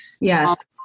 Yes